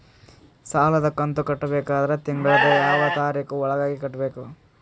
ಸಾಲದ ಕಂತು ಕಟ್ಟಬೇಕಾದರ ತಿಂಗಳದ ಯಾವ ತಾರೀಖ ಒಳಗಾಗಿ ಕಟ್ಟಬೇಕು?